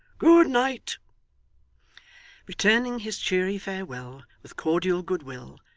good night returning his cheery farewell with cordial goodwill,